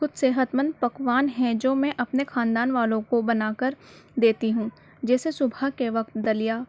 کچھ صحت مند پکوان ہیں جو میں اپنے خاندان والوں کو بنا کر دیتی ہوں جیسے صبح کے وقت دلیا